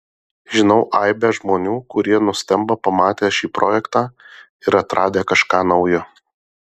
žinau aibę žmonių kurie nustemba pamatę šį projektą ir atradę kažką naujo